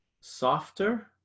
softer